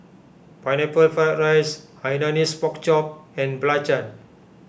Pineapple Fried Rice Hainanese Pork Chop and Belacan